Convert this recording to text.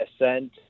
ascend